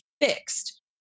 fixed